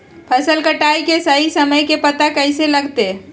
फसल कटाई के सही समय के पता कैसे लगते?